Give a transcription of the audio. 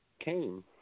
came